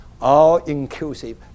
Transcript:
all-inclusive